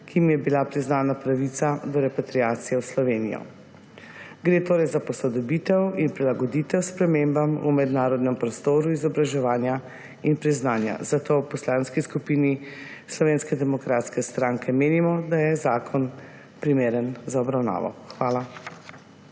jim je bila priznana pravica do repatriacije v Slovenijo. Gre torej za posodobitev in prilagoditev spremembam v mednarodnem prostoru izobraževanja in priznanja, zato v Poslanski skupini Slovenske demokratske stranke menimo, da je zakon primeren za obravnavo. Hvala.